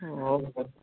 ହଉ ହଉ